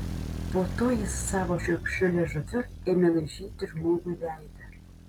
po to jis savo šiurkščiu liežuviu ėmė laižyti žmogui veidą